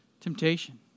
temptation